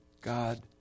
God